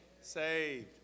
saved